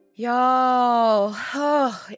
Y'all